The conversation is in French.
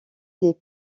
des